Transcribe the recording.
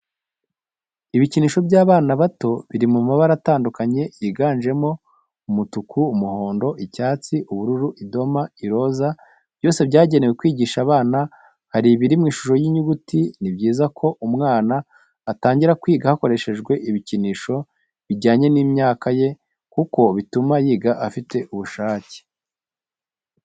Ibikinisho by'abana bato biri mu mabara atandukanye yiganjemo umutuku, umuhondo, icyatsi, ubururu, idoma, iroza, byose byagenewe kwigisha abana hari ibiri mu ishusho y'inyuguti. Ni byiza ko umwana atangira kwiga hakoreshejwe ibikinisho bijyanye n'imyaka ye kuko bituma yiga afite ubushake.